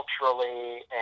culturally